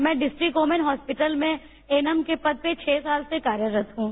मैं district women hospital में A N M के पद पर छह साल से कार्यरत हूं